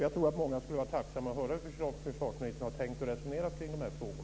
Jag tror att många skulle vara tacksamma att få höra hur försvarsministern har tänkt och resonerat kring dessa frågor.